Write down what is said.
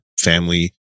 family